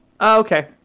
Okay